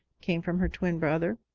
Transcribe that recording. came from her twin brother.